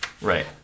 Right